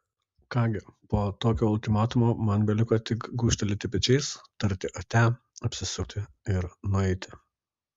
ką gi po tokio ultimatumo man beliko tik gūžtelėti pečiais tarti ate apsisukti ir nueiti